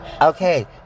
Okay